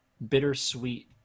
bittersweet